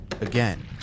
Again